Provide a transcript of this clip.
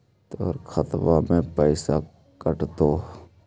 तोर खतबा से पैसा कटतो?